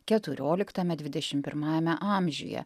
keturioliktame dvidešimt pirmajame amžiuje